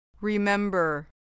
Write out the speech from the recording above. remember